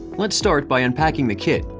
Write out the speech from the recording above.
let's start by unpacking the kit,